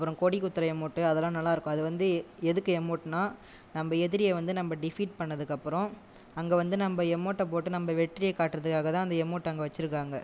அப்புறம் கொடிக்குத்துகிற எமோட் அதெல்லாம் நல்லா இருக்கும் அது வந்து எதுக்கு எமோட்னால் நம்ப எதிரியை வந்து நம்ம டெஃபிட் பண்ணதுக்கு அப்புறம் அங்கே வந்து நம்ப எமோட்டை போட்டு நம்ம வெற்றியை காட்டுறத்துக்காகத்தான் அந்த எமோட்டை அங்கே வச்சுருக்காங்க